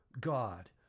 God